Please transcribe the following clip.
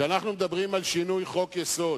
שאנחנו מדברים על שינוי חוק-יסוד,